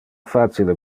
facile